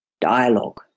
dialogue